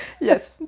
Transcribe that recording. Yes